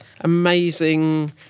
amazing